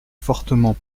fortement